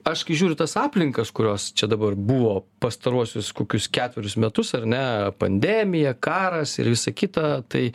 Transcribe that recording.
aš kai žiūriu tas aplinkas kurios čia dabar buvo pastaruosius kokius ketverius metus ar ne pandemija karas ir visa kita tai